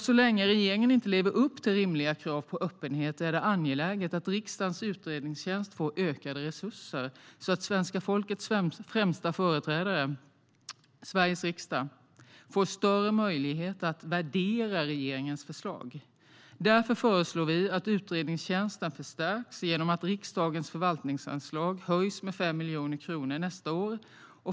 Så länge regeringen inte lever upp till rimliga krav på öppenhet är det angeläget att riksdagens utredningstjänst får ökade resurser, så att svenska folkets främsta företrädare, Sveriges riksdag, får större möjligheter att värdera regeringens förslag. Därför föreslår vi att utredningstjänsten förstärks genom att riksdagens förvaltningsanslag höjs med 5 miljoner kronor nästa år.